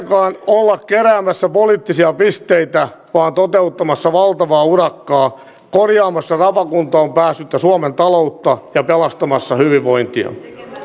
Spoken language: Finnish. ei kuitenkaan olla keräämässä poliittisia pisteitä vaan toteuttamassa valtavaa urakkaa korjaamassa rapakuntoon päässyttä suomen taloutta ja pelastamassa hyvinvointiamme